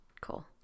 Cool